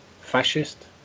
fascist